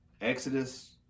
Exodus